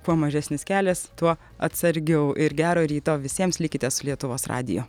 kuo mažesnis kelias tuo atsargiau ir gero ryto visiems likite su lietuvos radiju